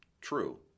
true